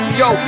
yo